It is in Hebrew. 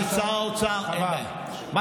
חבר הכנסת לוי, השעון, מסתיים.